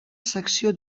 secció